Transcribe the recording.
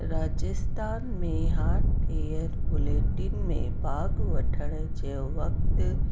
राजस्थान में hot air bulletin में भाग वठनि जो वक़्तु